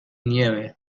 nieve